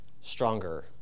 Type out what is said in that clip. stronger